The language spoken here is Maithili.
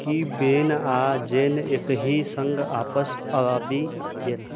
की बेन आ जेन एकहि सङ्ग आपस आबी गेल